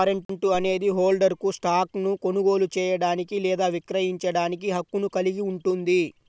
warrant అనేది హోల్డర్కు స్టాక్ను కొనుగోలు చేయడానికి లేదా విక్రయించడానికి హక్కును కలిగి ఉంటుంది